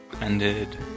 ended